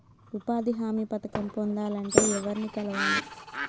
ఉపాధి హామీ పథకం పొందాలంటే ఎవర్ని కలవాలి?